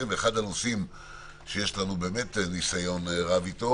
ואחד הנושאים שיש לנו באמת ניסיון רב איתו